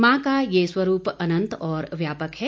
मां का यह स्वरूप अनंत और व्यापक है